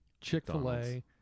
Chick-fil-A